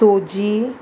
सोजी